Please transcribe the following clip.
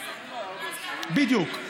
בדיוק.